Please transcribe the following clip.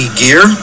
gear